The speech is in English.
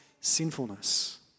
sinfulness